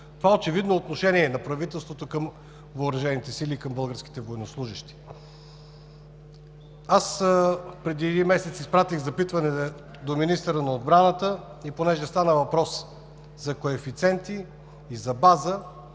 Това очевидно е отношение на правителството към въоръжените сили и към българските военнослужещи. Преди един месец изпратих запитване до министъра на отбраната. Понеже стана въпрос за коефициенти и за база,